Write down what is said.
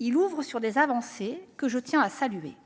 Elles dessinent des avancées que je tiens à souligner.